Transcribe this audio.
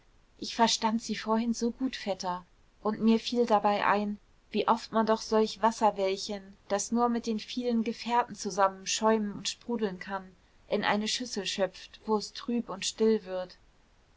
ich verstand sie vorhin so gut vetter und mir fiel dabei ein wie oft man doch solch wasserwellchen das nur mit den vielen gefährten zusammen schäumen und sprudeln kann in eine schüssel schöpft wo es trüb und still wird